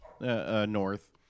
north